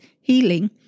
healing